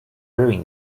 wearing